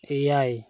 ᱮᱭᱟᱭ